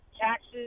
taxes